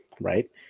right